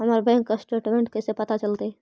हमर bank statement कैसे पता चलतै?